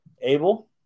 Abel